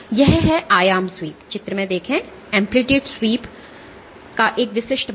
यह है आयाम स्वीप का एक विशिष्ट मामला